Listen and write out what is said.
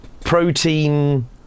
protein